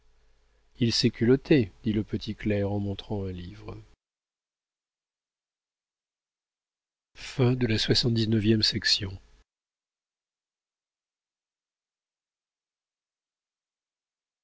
il s'est culotté dit le petit clerc en montrant un livre